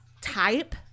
type